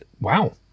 wow